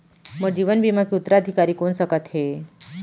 मोर जीवन बीमा के उत्तराधिकारी कोन सकत हे?